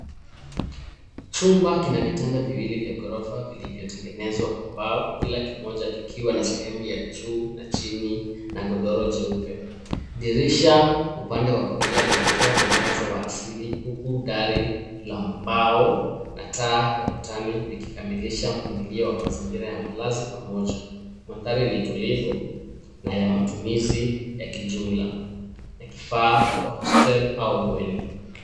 Chuma kina vitanda viwili vya gorofa vilivyotengenezwa kwa mbao kila kimoja kikiwa na na sehemu ya juu na chini na godoro jeupe. Dirisha upande wa kulia linatoa mwangaza wa asili huku dari la mbao na taa ya ukutani zikikamilisha mpangilio wa mazingira ya malazi pamoja. Mandhari ni tulivu na ya matumizi ya kijumla.